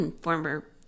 former